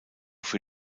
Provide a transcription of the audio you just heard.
für